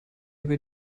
über